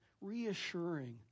reassuring